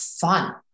fun